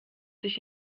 sich